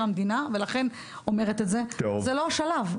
המדינה ולכן אומרת את זה: זה לא השלב,